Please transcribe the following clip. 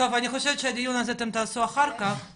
טוב, אני חושבת שאת הדיון הזה אתן תעשו אחר כך.